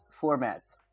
formats